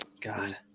God